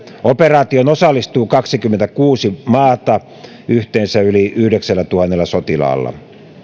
operaatioon osallistuu kaksikymmentäkuusi maata yhteensä yli yhdeksällätuhannella sotilaalla